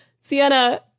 Sienna